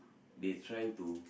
they trying to